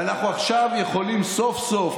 ואנחנו עכשיו יכולים סוף-סוף,